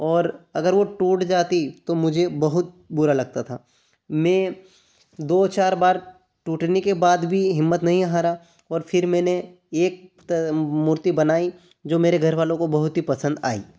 और अगर वो टूट जाती तो मुझे बहुत बुरा लगता था मैं दो चार बार टूटने के बाद भी हिम्मत नहीं हारा और फिर मैंने एक त मूर्ति बनाई जो मेरे घरवालों को बहुत ही पसंद आई